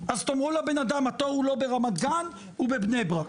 אז תגידו לבן אדם התור הוא לא ברמת גן הוא בבני ברק,